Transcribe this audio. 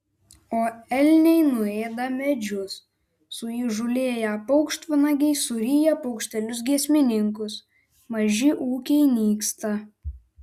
o elniai nuėda medžius suįžūlėję paukštvanagiai suryja paukštelius giesmininkus maži ūkiai nyksta